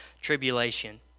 tribulation